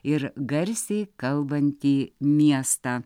ir garsiai kalbantį miestą